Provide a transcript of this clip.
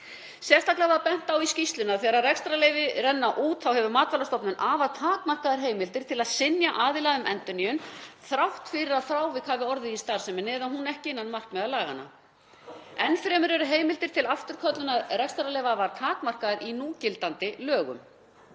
Sérstaklega var bent á í skýrslunni að þegar rekstrarleyfi renna út þá hefur Matvælastofnun afar takmarkaðar heimildir til að synja aðila um endurnýjun þrátt fyrir að frávik hafi orðið í starfseminni eða hún ekki innan markmiða laganna. Enn fremur eru heimildir til afturköllunar rekstrarleyfa afar takmarkaðar í núgildandi lögum.